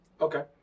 Okay